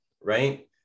Right